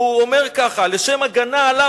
הוא אומר ככה: לשם הגנה עליו,